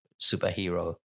Superhero